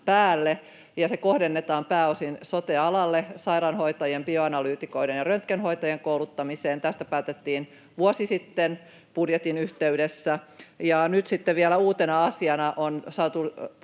päälle, ja se kohdennetaan pääosin sote-alalle sairaanhoitajien, bioanalyytikoiden ja röntgenhoitajien kouluttamiseen. Tästä päätettiin vuosi sitten budjetin yhteydessä. Nyt sitten vielä uutena asiana on saatu